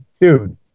Dude